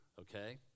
okay